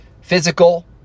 physical